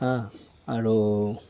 আৰু